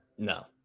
No